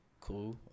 Cool